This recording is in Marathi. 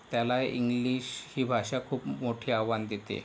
त्याला इंग्लिश ही भाषा खूप मोठी आव्हान देते